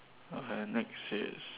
okay next is